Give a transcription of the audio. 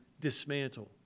dismantle